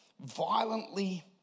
violently